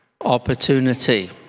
opportunity